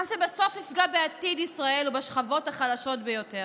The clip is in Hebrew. מה שבסוף יפגע בעתיד ישראל ובשכבות החלשות ביותר.